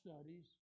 studies